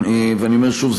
ואני אומר שוב,